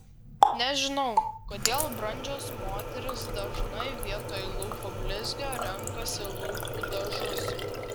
nežinau kodėl brandžios moterys dažnai vietoj lūpų blizgio renkasi lūpų dažus